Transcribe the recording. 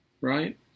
right